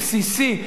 בסיסי,